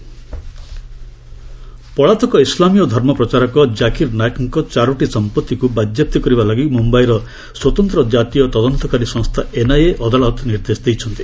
NIA Zakir Naik ପଳାତକ ଇସ୍ଲାମୀୟ ଧର୍ମ ପ୍ରଚାରକ ଜାକିର ନାୟକଙ୍କ ଚାରୋଟି ସମ୍ପଭିକୁ ବାଜ୍ୟାପ୍ତି କରିବା ଲାଗି ମୁମ୍ବାଇ ସ୍ୱତନ୍ତ୍ର ଜାତୀୟ ତଦନ୍ତକାରୀ ସଂସ୍ଥା ଏନ୍ଆଇଏ ଅଦାଲତ ନିର୍ଦ୍ଦେଶ ଦେଇଛନ୍ତି